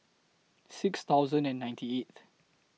six thousand and ninety eighth